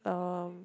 um